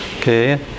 okay